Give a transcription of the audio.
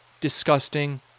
disgusting